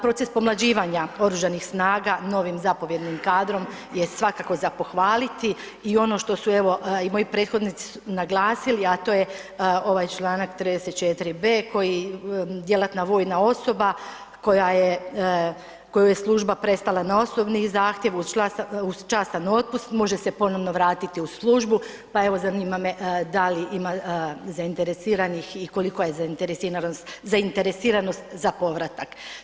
Proces pomlađivanja Oružanih snaga novim zapovjednim kadrom je svakako za pohvaliti i ono što su evo i moji prethodnici naglasili, a to je ovaj čl. 34.b koji djelatna vojna osoba koja je, kojoj je služba prestala na osobni zahtjev uz častan otpust, može se ponovno vratiti u službu, pa evo, zanima me da li ima zainteresiranih i kolika je zainteresiranost za povratak.